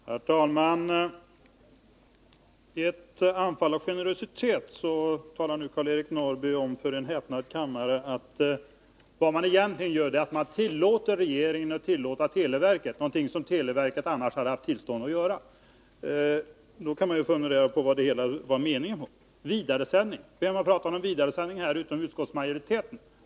Herr talman! I ett anfall av generositet talar Karl-Eric Norrby om för en häpnande kammare att vad man egentligen gör är att man tillåter regeringen att tillåta televerket någonting som televerket annars hade hade haft tillstånd att göra. Då kan man fundera över vad meningen var. Vem har talat om någon vidaresändning utom utskottsmajoriteten?